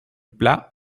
plat